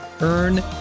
Earn